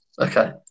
Okay